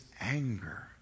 anger